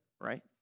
right